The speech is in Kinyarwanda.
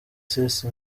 sisi